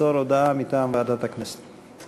למסור הודעה מטעם ועדת הכנסת.